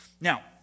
Now